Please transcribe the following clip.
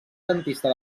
dentista